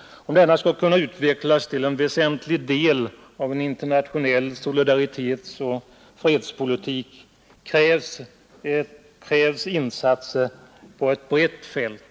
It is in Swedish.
Om denna skall kunna utvecklas till en väsentlig del av en internationell solidaritetsoch fredspolitik krävs insatser på ett brett fält.